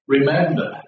Remember